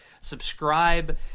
subscribe